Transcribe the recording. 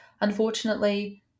unfortunately